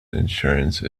insurance